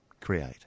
create